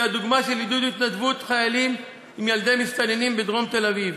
היא הדוגמה של עידוד התנדבות חיילים עם ילדי מסתננים בדרום תל-אביב.